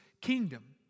kingdom